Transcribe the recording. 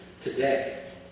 today